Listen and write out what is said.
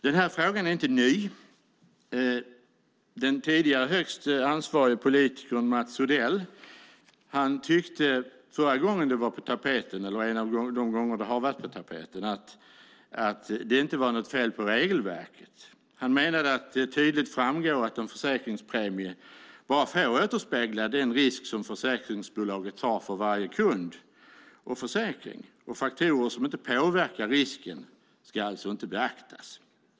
Den här frågan är inte ny. Den tidigare högst ansvarige politikern Mats Odell tyckte de tidigare gånger det har varit på tapeten att det inte var något fel på regelverket. Han menade att det tydligt framgår att en försäkringspremie bara får återspegla den risk som försäkringsbolaget tar för varje kund eller försäkring. Faktorer som inte påverkar risken får alltså inte beaktas.